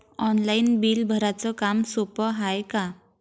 Online bill भराच काम सोपं हाय का?